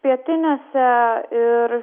pietiniuose ir